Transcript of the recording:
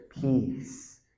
peace